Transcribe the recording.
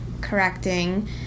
correcting